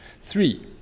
Three